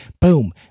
boom